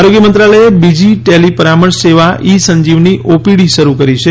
આરોગ્ય મંત્રાલયે બીજી ટેલી પરામર્શ સેવા ઇ સંજીવની ઓપીડી શરૂ કરી છે